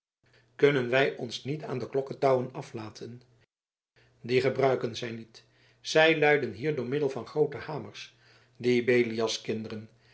kunnen wij ons niet aan de klokketouwen aflaten die gebruiken zij niet zij luiden hier door middel van groote hamers die